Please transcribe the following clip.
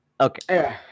Okay